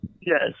Yes